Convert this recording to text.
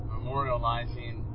memorializing